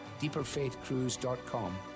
deeperfaithcruise.com